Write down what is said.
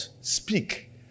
speak